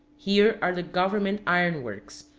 here are the government iron-works,